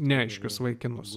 neaiškius vaikinus